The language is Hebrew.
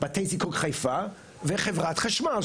בתי הזיקוק בחיפה וחברת חשמל,